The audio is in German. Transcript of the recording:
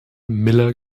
miller